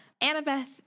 Annabeth